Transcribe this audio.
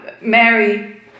Mary